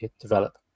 develop